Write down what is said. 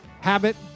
habit